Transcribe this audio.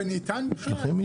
זה ניתן בכלל?